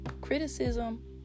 criticism